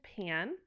pan